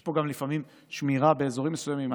יש לפעמים שמירה באזורים מסוימים.